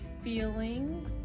feeling